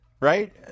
Right